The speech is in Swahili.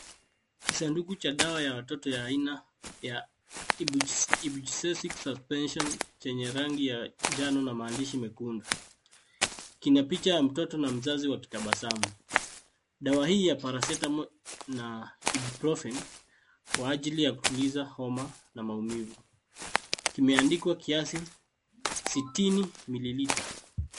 Kisanduku cha dawa ya watoto ya aina Ibugesic Suspension chenye rangi ya njano na maandishi mekundu. Kina picha ya mtoto na mzazi wakitabasamu. Dawa hii ya Paracetamol na Ibuprofen kwa ajili ya kutuliza homa na maumivu. Kimeandikwa kiasi sitini mililita.